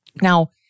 Now